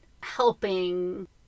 helping